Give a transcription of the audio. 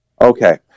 Okay